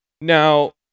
Now